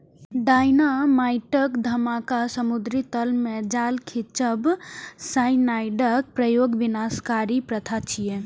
dynamite धमाका, समुद्री तल मे जाल खींचब, साइनाइडक प्रयोग विनाशकारी प्रथा छियै